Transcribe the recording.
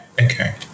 okay